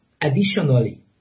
additionally